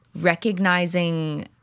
recognizing